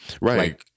Right